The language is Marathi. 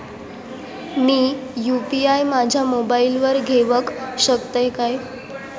मी यू.पी.आय माझ्या मोबाईलावर घेवक शकतय काय?